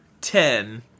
ten